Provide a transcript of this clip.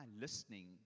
listening